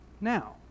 now